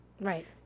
Right